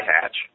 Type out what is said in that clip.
hatch